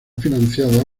financiada